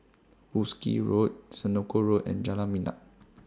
Wolskel Road Senoko Road and Jalan